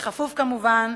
בכפוף, כמובן,